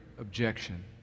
objection